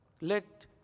let